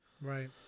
Right